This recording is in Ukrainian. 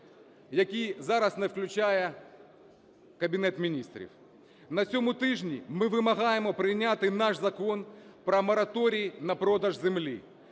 які зараз не включає Кабінет Міністрів. На цьому тижні ми вимагаємо прийняти наш Закон про мораторій на продаж землі.